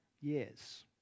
years